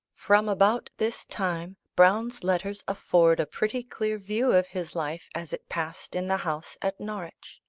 from about this time browne's letters afford a pretty clear view of his life as it passed in the house at norwich.